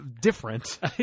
different